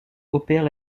opère